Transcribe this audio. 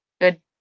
Good